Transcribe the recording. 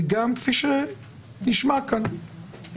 וגם כפי שנשמע כאן,